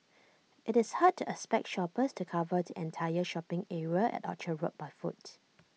it's hard to expect shoppers to cover the entire shopping area at Orchard road by foot